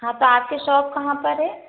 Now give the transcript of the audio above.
हाँ तो आपके शॉप कहाँ पर है